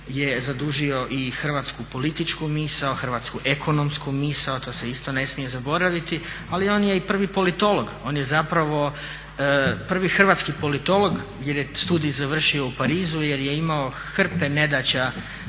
je zadužio i hrvatsku političku misao, hrvatsku ekonomsku misao, to se isto ne smije zaboraviti, ali on je i prvi politolog. On je prvi hrvatski politolog jer je studij završio u Parizu jer je imao hrpe nedaća